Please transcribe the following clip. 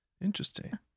interesting